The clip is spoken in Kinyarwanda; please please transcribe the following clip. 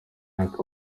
aka